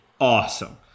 awesome